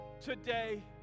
today